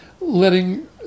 letting